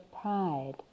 pride